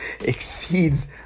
exceeds